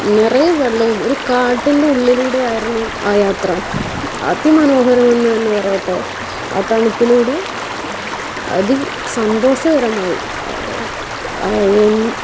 നിറയെ വെള്ളവും ഒരു കാട്ടിൻ്റെ ഉള്ളിലൂടെ ആയിരുന്നു ആ യാത്ര അതിമനോഹരമെന്ന് തന്നെ പറയട്ടെ ആ തണുപ്പിലൂടെ അതിസന്തോഷകരമായി